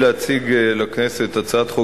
הצעת החוק האחרונה,